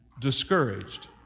discouraged